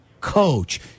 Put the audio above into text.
coach